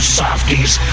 softies